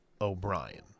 O'Brien